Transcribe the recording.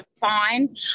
fine